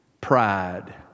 pride